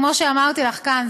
כמו שאמרתי לך כאן,